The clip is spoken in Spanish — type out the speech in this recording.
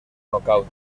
nocaut